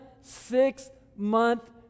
six-month